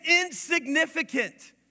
insignificant